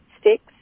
sticks